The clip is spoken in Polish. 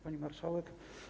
Pani Marszałek!